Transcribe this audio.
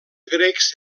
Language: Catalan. grecs